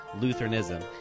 Lutheranism